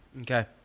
Okay